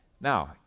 Now